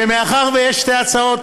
ומאחר שיש שתי הצעות